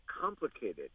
complicated